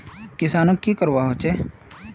किसानोक की करवा होचे?